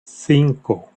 cinco